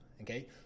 Okay